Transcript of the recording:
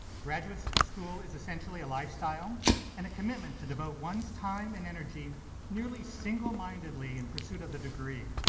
graduate school is essentially a lifestyle and a commitment to devote one's time and energy nearly single-mindedly in pursuit of the degree.